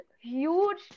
huge